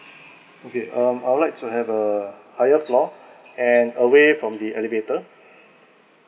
okay um I would like to have a higher floor and away from the elevator